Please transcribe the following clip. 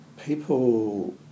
People